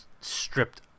stripped